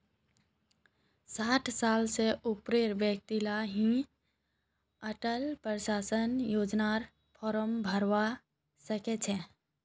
साठ साल स ऊपरेर व्यक्ति ही अटल पेन्शन योजनार फार्म भरवा सक छह